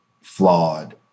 flawed